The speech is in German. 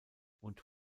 und